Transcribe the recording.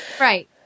right